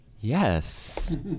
Yes